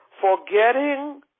forgetting